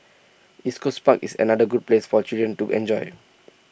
East Coast park is another good place for children to enjoy